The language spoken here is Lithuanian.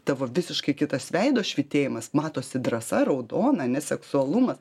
tavo visiškai kitas veido švytėjimas matosi drąsa raudona ane seksualumas